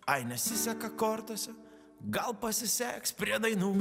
ai nesiseka kortose gal pasiseks prie dainų